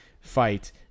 fight